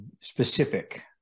specific